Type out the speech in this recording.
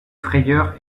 frayeur